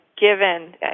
given